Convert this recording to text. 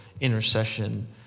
intercession